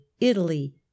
Italy